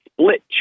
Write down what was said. split